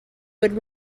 would